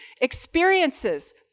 Experiences